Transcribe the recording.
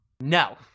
No